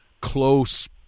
close